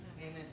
Amen